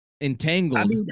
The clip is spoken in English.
entangled